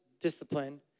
discipline